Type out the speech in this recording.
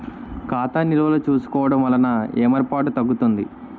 ఖాతా నిల్వలు చూసుకోవడం వలన ఏమరపాటు తగ్గుతుంది